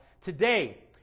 Today